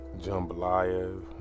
Jambalaya